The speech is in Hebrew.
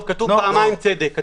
פעמיים.